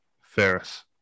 Ferris